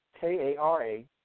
K-A-R-A